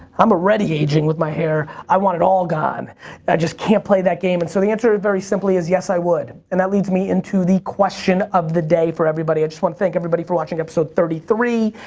i'm already aging with my hair, i want it all gone. i just can't play that game. and so the answer very simply is, yes i would. and that leads me into the question of the day for everybody. i just want to thank everybody for watching episode thirty three,